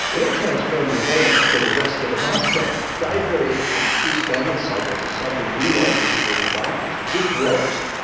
it will transform your hormones for the rest of the month. so diet variation, feast-famine cycles is something we learned as a group of doctors. it just works.